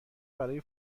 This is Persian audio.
برای